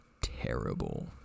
terrible